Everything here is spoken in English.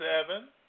seven